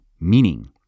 meaning